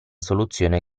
soluzione